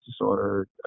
disorder